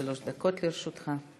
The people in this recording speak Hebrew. עד שלוש דקות לרשותך.